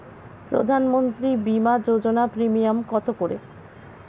প্রধানমন্ত্রী বিমা যোজনা প্রিমিয়াম কত করে?